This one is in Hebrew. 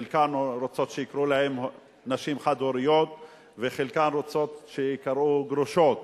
חלקן רוצות שיקראו להן חד-הוריות וחלקן רוצות שיקראו גרושות,